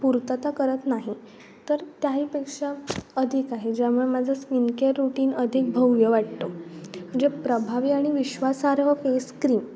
पुर्तता करत नाही तर त्याहीपेक्षा अधिक आहे ज्यामुळे माझा स्किनकेअर रुटीन अधिक भव्य वाटतो म्हणजे प्रभावी आणि विश्वासार्ह फेसक्रीम